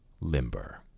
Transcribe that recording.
limber